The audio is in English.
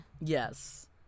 yes